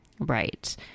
Right